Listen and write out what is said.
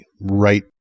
right